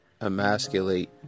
emasculate